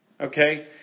Okay